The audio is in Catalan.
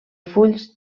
fulls